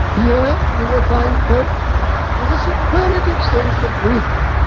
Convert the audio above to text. here ah you will find folk with a superlative sense of rhythm,